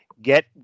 get